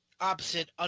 opposite